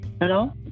Hello